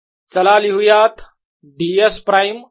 चला लिहूयात ds prime